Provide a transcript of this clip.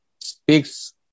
speaks